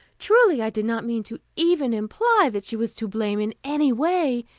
truly, i did not mean to even imply that she was to blame in any way,